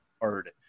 hard